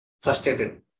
frustrated